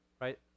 right